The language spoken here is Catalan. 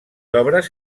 obres